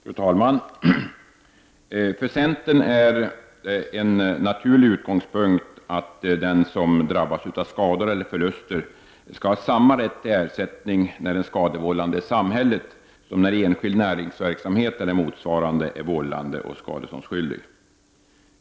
Fru talman! För centern är det en naturlig utgångspunkt att den som drabbas av skador eller förluster skall ha samma rätt till ersättning när den skadevållande är samhället som när enskild näringsverksamhet eller motsvarande är vållande och skadeståndsskyldig.